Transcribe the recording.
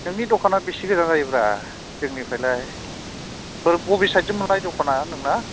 नोंनि दखाना बेसे गोजान जायोब्रा जोंनिफ्रायलाय बोर बबे साद जोंमोनलाय दखाना नोंना